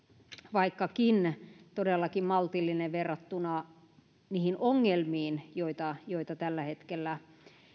vaikkakin todellakin maltillinen verrattuna niihin ongelmiin joita joita tällä hetkellä